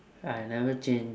I never change